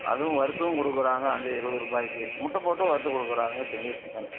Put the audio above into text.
அதுவும் வறுத்தும் கொடுக்குறாங்க அந்த இருபது ரூபாய்க்கு முட்டைப் போட்டும் வறுத்து கொடுக்குறாங்க சில்லி சிக்கன்